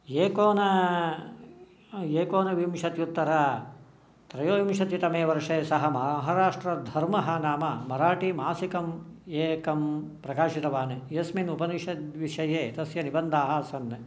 एकोन एकोनविंशत्युत्तरत्रयोविंशतितमे वर्षे सः महाराष्ट्रधर्मः नाम मराठीमासिकम् एकं प्रकाशितवान् यस्मिन् उपनिषद्विषये तस्य निबन्धाः आसन्